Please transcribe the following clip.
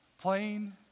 plain